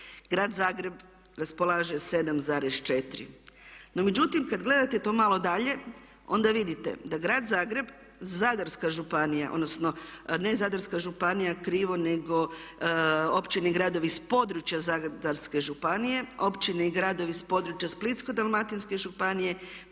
Grad Zagreb raspolaže 7,4. No međutim, kad gledate to malo dalje onda vidite da grad Zagreb, Zadarska županija, odnosno ne Zadarska županija krivo nego općine i gradovi s područja Zadarske županije, općine i gradovi s područja Splitsko-Dalmatinske županije,